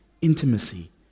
intimacy